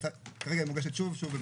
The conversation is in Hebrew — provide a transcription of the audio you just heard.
כרגע היא מוגשת שוב.